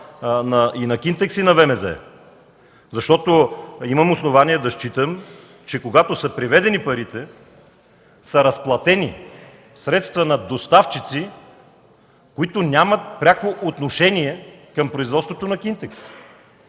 и на „Кинтекс”, и на ВМЗ – Сопот? Защото имам основание да считам, че когато са преведени парите, са разплатени средства на доставчици, които нямат пряко отношение към производството на „Кинтекс”.